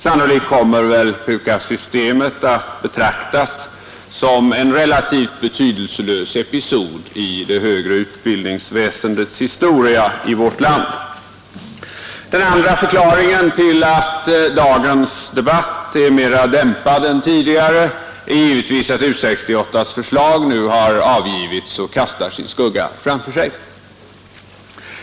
Sannolikt kommer PUKAS-systemet att betraktas som en relativt betydelselös episod i det högre undervisningsväsendets historia i vårt land. Den andra förklaringen till att dagens debatt är mera dämpad än tidigare är givetvis att U 68:s förslag nu avgivits och kastar sin skugga framför sig.